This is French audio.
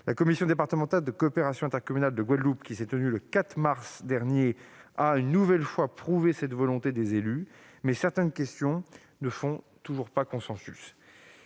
La commission départementale de la coopération intercommunale de la Guadeloupe, qui s'est réunie le 4 mars dernier, a une nouvelle fois témoigné de cette volonté des élus, mais certains sujets ne font toujours pas consensus.